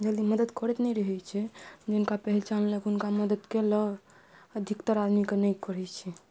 जल्दी मदद करैत नहि रहै छै जिनका पहचानलक हुनका मदद केलक अधिकतर आदमीके नहि करै छै